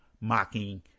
mocking